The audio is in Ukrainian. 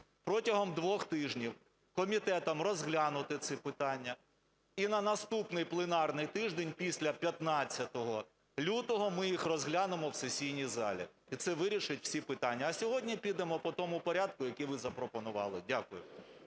протягом двох тижнів комітетам розглянути ці питання і на наступний пленарний тиждень, після 15 лютого ми їх розглянемо в сесійній залі і це вирішить всі питання, а сьогодні підемо по тому порядку, який ви запропонували. Дякую.